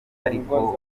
ariko